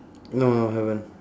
no no haven't